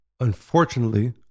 unfortunately